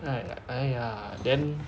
then like !aiya! then